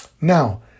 Now